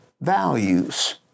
values